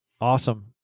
Awesome